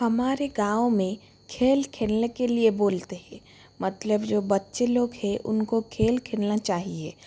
हमारे गाँव में खेल खेलने के लिए बोलते हैं मतलब जो बच्चे लोग हैं उनको खेल खेलना चाहिए